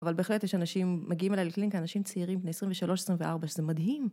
אבל בהחלט יש אנשים מגיעים אליי לקלינקה, אנשים צעירים, בני 23, 24, שזה מדהים.